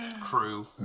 crew